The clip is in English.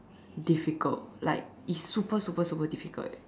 difficult like it's super super super super difficult